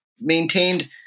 maintained